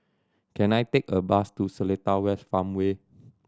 can I take a bus to Seletar West Farmway